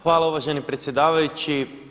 Hvala uvaženi predsjedavajući.